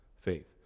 faith